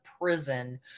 prison